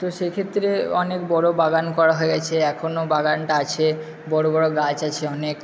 তো সেইক্ষেত্রে অনেক বড় বাগান করা হয়ে গেছে এখনও বাগানটা আছে বড় বড় গাছ আছে অনেক